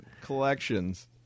Collections